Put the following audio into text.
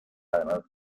además